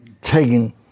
taking